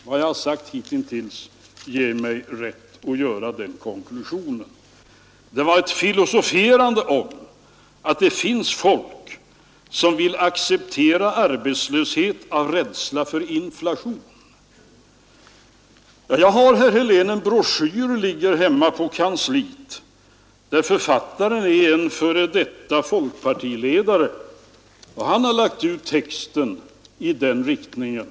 Vad jag har sagt hitintills ger mig rätt att göra den konklusionen. Det var ett filosoferande om att det finns folk som vill acceptera arbetslöshet av rädsla för inflation. Jag har, herr Helén, en broschyr som ligger hemma på kansliet. Författare är en f.d. folkpartiledare. Han har lagt ut texten i den riktningen.